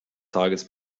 tages